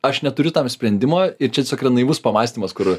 aš neturiu tam sprendimo ir čia tiesiog yra naivus pamąstymas kur